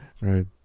Right